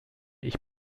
ich